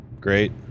Great